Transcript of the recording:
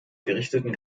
gerichteten